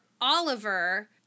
Oliver